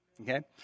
okay